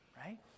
right